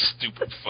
Stupid